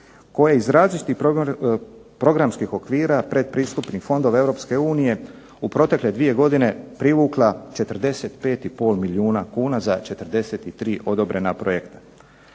koji iz različitih programskih okvira, pretpristupnih fondova Europske unije u protekle dvije godina privukla 45 milijuna kuna za 43 odobrena projekta.